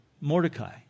Mordecai